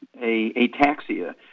ataxia